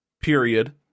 Period